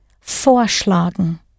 vorschlagen